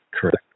Correct